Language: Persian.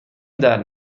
درد